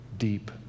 Deep